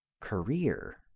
career